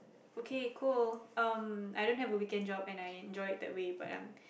okay cool um I don't have a weekend job and I enjoy it that way but um